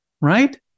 Right